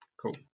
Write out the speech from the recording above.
Cool